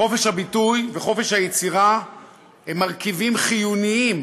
חופש הביטוי וחופש היצירה הם מרכיבים חיוניים